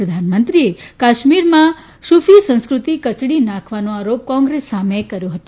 પ્રધાનમંત્રીએ કાશ્મીરમાં સુફી સંસ્કૃતિ કચડી નાંખવાનો આરોપ કોંગ્રેસ સામે કર્યો હતો